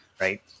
right